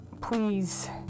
please